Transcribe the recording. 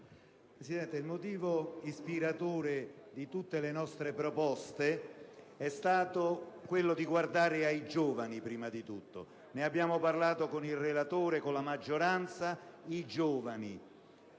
il motivo ispiratore di tutte le nostre proposte è stato quello di guardare ai giovani, prima di tutto. Ne abbiamo parlato con il relatore e con la maggioranza: prima